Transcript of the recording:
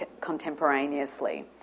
contemporaneously